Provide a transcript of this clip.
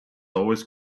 always